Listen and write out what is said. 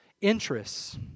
interests